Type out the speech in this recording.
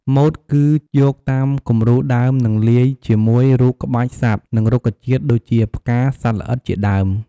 ម៉ូតគឺ យកតាមគំរូដើមនិងលាយជាមួយ រូបក្បាច់សត្វនិងរុក្ខជាតិដូចជាផ្កា សត្វល្អិត ជាដើម។